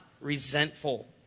resentful